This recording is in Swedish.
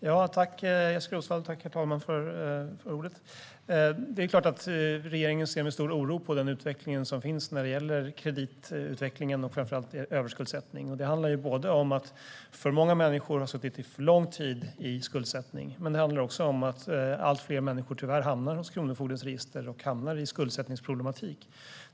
Herr talman! Jag tackar Jessika Roswall. Regeringen ser med stor oro på utvecklingen när det gäller kreditutvecklingen och framför allt överskuldsättning. Det handlar både om att alltför många människor har suttit fast i skuldsättning under alltför lång tid och om att allt fler människor tyvärr hamnar i kronofogdens register och skuldsättningsproblematik.